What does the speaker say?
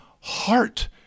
heart